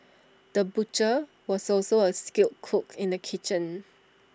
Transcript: the butcher was also A skilled cook in the kitchen